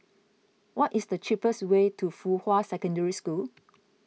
what is the cheapest way to Fuhua Secondary School